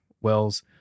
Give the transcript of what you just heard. Wells